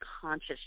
conscious